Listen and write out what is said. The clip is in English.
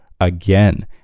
again